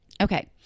Okay